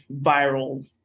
viral